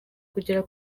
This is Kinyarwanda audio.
kugera